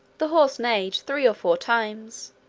the horse neighed three or four times,